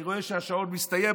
אני רואה שהשעון מסתיים,